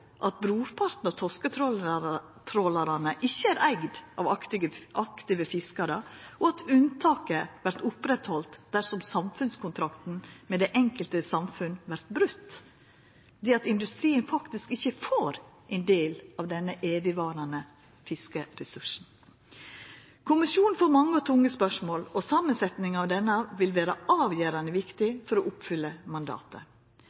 at brorparten av torsketrålarane ikkje er eigd av aktive fiskarar, og at unntaket vert halde oppe dersom samfunnskontrakten med det enkelte samfunnet vert broten – det at industrien faktisk ikkje får ein del av denne evigvarande fiskeressursen? Kommisjonen får mange og tunge spørsmål, og samansetnaden av denne vil vera avgjerande viktig for å oppfylla mandatet.